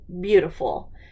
beautiful